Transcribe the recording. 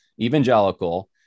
evangelical